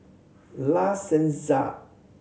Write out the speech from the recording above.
La Senza